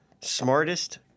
smartest